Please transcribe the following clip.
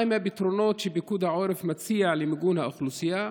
1. מהם הפתרונות שפיקוד העורף מציע למיגון האוכלוסייה?